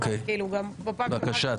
בבקשה.